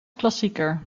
klassieker